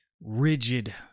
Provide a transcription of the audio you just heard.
rigid